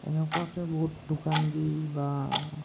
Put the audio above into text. এনেকুৱাকৈ বহুত দোকান দি বা